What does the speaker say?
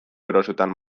erosoetan